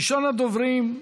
ראשון הדוברים,